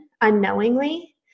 unknowingly